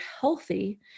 healthy